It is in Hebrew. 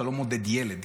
אתה לא מודד ילד,